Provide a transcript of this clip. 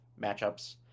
matchups